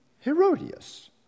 Herodias